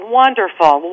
wonderful